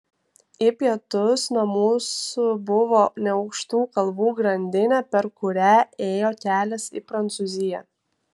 į pietus nuo mūsų buvo neaukštų kalvų grandinė per kurią ėjo kelias į prancūziją